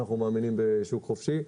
אנחנו מאמינים בשוק חופשי,